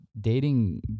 dating